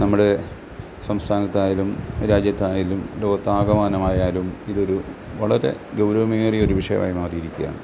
നമ്മുടെ സംസ്ഥാനത്തായലും രാജ്യത്തായാലും ലോകത്താകമാനമായാലും ഇതൊരു വളരെ ഗൗരവമേറിയൊരു വിഷയമായി മാറിയിരിക്കുകയാണ്